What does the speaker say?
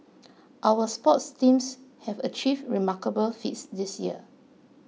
our sports teams have achieved remarkable feats this year